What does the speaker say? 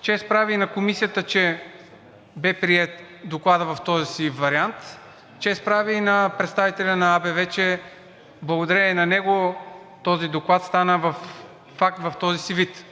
Чест прави на Комисията, че бе приет Докладът в този вариант. Чест прави на представителя на АБВ, че благодарение на него този доклад стана пак в този си вид.